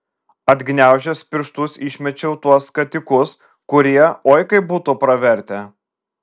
atgniaužęs pirštus išmečiau tuos skatikus kurie oi kaip būtų pravertę